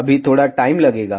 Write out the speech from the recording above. अभी थोड़ा टाइम लगेगा